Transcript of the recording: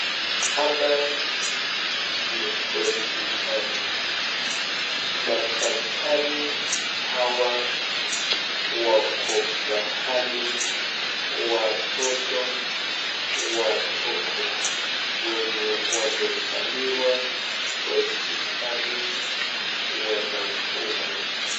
Hapa ni hospitali madaktari hawa wako mahali watoto wadogo wenye wamezaliwa hospitali wanachukwa.